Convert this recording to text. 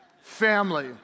family